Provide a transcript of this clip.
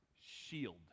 shield